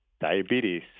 diabetes